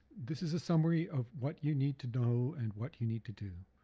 this is a summary of what you need to know and what you need to do.